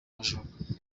bajura